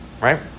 right